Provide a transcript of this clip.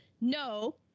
No